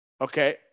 Okay